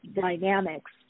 dynamics